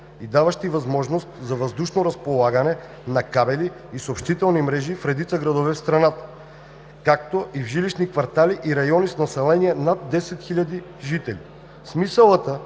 и даващи възможност за въздушно разполагане на кабели и съобщителни мрежи в редица градове в страната, както и в жилищни квартали и райони с население над 10 хиляди жители. Смисълът